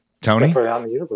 Tony